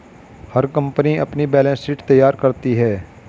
हर company अपनी balance sheet तैयार करती है